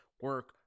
Work